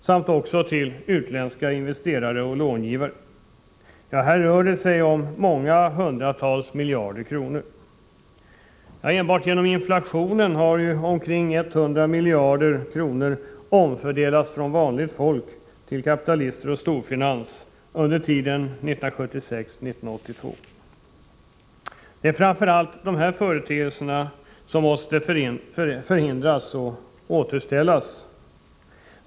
samt till utländska investerare och långivare. Här rör det sig om många hundratals miljarder kronor. Enbart genom inflationen har omkring 100 miljarder kronor omfördelats från vanligt folk till kapitalister och storfinans under tiden 1976-1982. Det är framför allt dessa företeelser som måste förhindras, och förhållandena måste återställas.